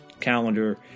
calendar